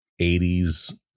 80s